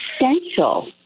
essential